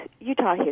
Utah